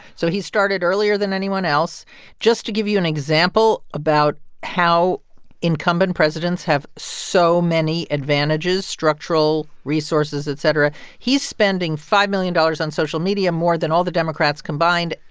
so he started earlier than anyone else just to give you an example about how incumbent presidents have so many advantages structural resources, et cetera he's spending five million dollars on social media more than all the democrats combined.